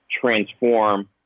transform